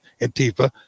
Antifa